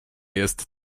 jest